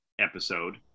episode